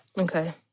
Okay